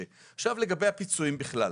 התקציבית.